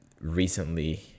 recently